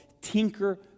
Tinker